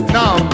now